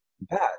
bad